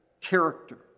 character